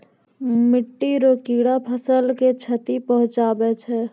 मिट्टी रो कीड़े फसल के क्षति पहुंचाबै छै